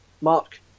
Mark